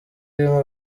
irimo